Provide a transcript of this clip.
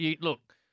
Look